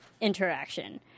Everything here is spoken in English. interaction